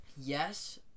yes